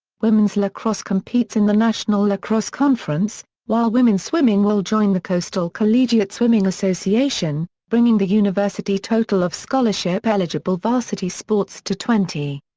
women's lacrosse competes in the national lacrosse conference, while women's swimming will join the coastal collegiate swimming association, bringing the university total of scholarship-eligible varsity sports to twenty.